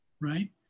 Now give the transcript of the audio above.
right